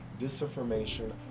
disinformation